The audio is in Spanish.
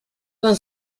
con